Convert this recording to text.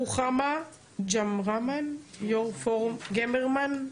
רוחמה גמרמן, יו"ר פורום של תקווה, בבקשה.